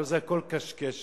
הלוא זה הכול קשקשת.